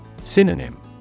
Synonym